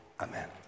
Amen